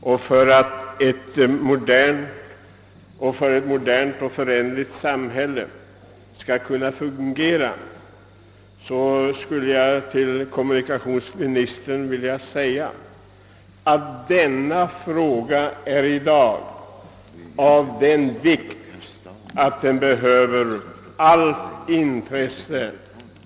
Dessa frågor är av stor vikt för att vårt moderna och för änderliga samhälle skall kunna fungera, och jag vill påminna kommunikationsministern om det allt större behovet av snabba åtgärder på detta område.